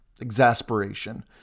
exasperation